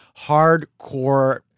hardcore